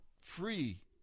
free